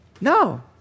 No